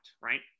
Right